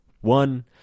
One